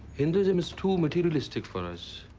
hinduism is too materialistic for us.